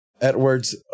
Edwards